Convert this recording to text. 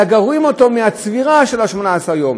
אלא גורעים אותו מהצבירה של 18 הימים,